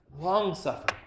long-suffering